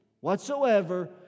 Whatsoever